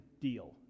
deal